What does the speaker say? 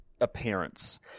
appearance